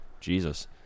Jesus